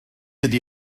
ydy